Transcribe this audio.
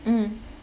mm